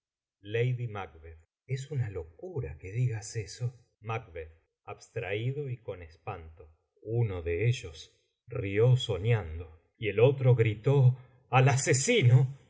lady mac es una locura que digas eso macb abstraído y con espanto uno de ellos rió soñando y el otro gritó al asesino